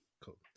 Cool